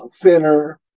thinner